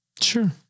Sure